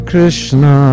Krishna